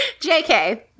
Jk